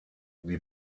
die